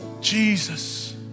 Jesus